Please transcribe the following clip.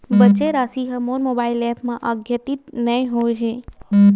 बचे राशि हा मोर मोबाइल ऐप मा आद्यतित नै होए हे